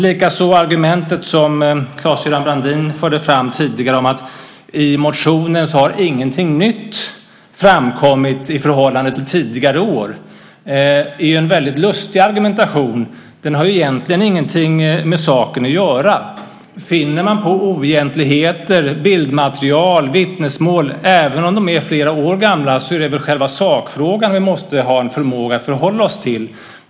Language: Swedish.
Det argument som Claes-Göran Brandin förde fram tidigare om att ingenting nytt har framkommit i motionen i förhållande till tidigare år är väldigt lustigt. Det har egentligen ingenting med saken att göra. Om man finner oegentligheter, bildmaterial och vittnesmål - även om de är flera år gamla - så är det väl själva sakfrågan som vi måste ha en förmåga att förhålla oss till?